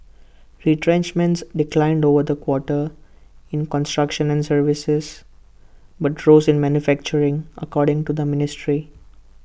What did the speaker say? retrenchments declined over the quarter in construction and services but rose in manufacturing according to the ministry